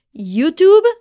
YouTube